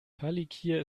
palikir